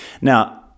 now